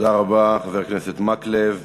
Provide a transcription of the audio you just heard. תודה רבה, חבר הכנסת מקלב.